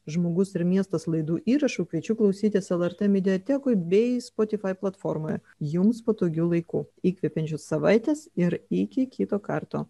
žmogus ir miestas laidų įrašų kviečiu klausytis lrt mediatekoje bei spotifai platformoje jums patogiu laiku įkvepiančios savaitės ir iki kito karto